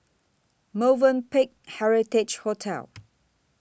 Movenpick Heritage Hotel